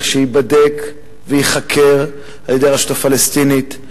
שייבדק וייחקר על-ידי הרשות הפלסטינית,